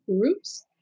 groups